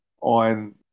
on